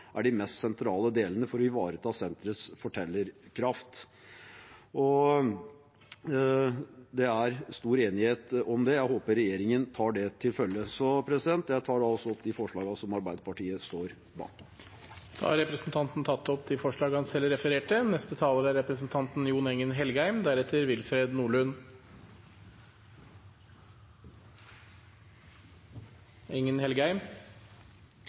er de mest sentrale delene for å ivareta senterets fortellerkraft. Det er stor enighet om det, og jeg håper regjeringen tar det til følge. Jeg tar opp det forslaget som Arbeiderpartiet, sammen med SV, står bak. Da har representanten Stein Erik Lauvås tatt opp det forslaget han viste til. Det er